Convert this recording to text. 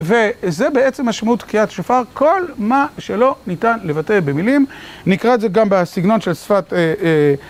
וזה בעצם משמעות קריאת שופר, כל מה שלא ניתן לבטא במילים. נקרא את זה גם בסגנון של שפת...